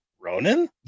ronan